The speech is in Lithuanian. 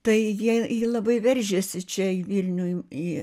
tai ji ji labai veržėsi čia į vilnių į į